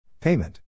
Payment